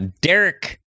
Derek